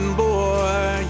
boy